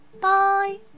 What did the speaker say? Bye